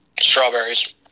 strawberries